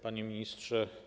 Panie Ministrze!